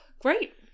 great